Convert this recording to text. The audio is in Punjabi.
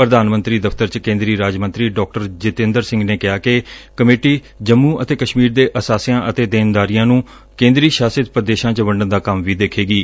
ਪ੍ਧਾਨ ਮੰਤਰੀ ਦਫ਼ਤਰ ਚ ਕੇਂਦਰੀ ਰਾਜ ਮੰਤਰੀ ਡਾਕਟਰ ਜਿਤੇਂਦਰ ਸਿੰਘ ਨੇ ਕਿਹਾ ਕਿ ਕਮੇਟੀ ਜੰਮੁ ਅਤੇ ਕਸ਼ਮੀਰ ਦੇ ਅਸਾਧਿਆਂ ਅਤੇ ਦੇਣਕਾਰੀਆਂ ਨੂੰ ਦੋ ਕੇਂਦਰੀ ਸ਼ਾਸਤ ਪ੍ਰਦੇਸ਼ਾਂ ਚ ਵੰਡਣ ਦਾ ਕੰਮ ਵੀ ਦੇਖੇਗੀ